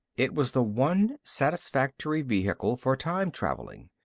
it was the one satisfactory vehicle for time traveling.